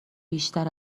بیشتر